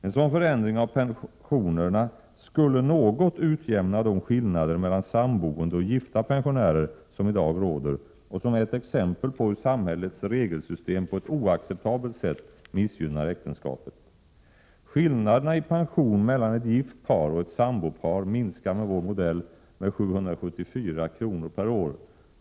En sådan förändring av pensionerna skulle utjämna något av de skillnader mellan samboende och gifta pensionärer som i dag råder och som är ett exempel på hur samhällets regelsystem på ett oacceptabelt sätt missgynnar äktenskapet. Skillnaderna i pension mellan ett gift par och ett sambopar minskar med vår modell med 774 kr./år.